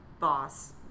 boss